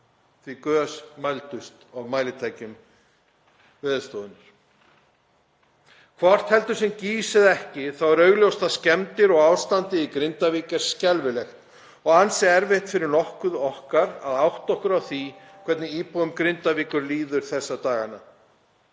því að gös mældust á mælitækjum Veðurstofunnar. Hvort heldur sem það gýs eða ekki er augljóst að skemmdirnar og ástandið í Grindavík er skelfilegt og ansi erfitt fyrir nokkurt okkar að átta okkur á því hvernig íbúum Grindavíkur líður þessa dagana.